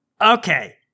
Okay